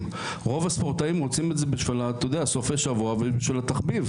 אני מבין שפה יש לנו חוק ויש לנו תקנות.